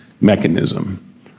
mechanism